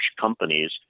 companies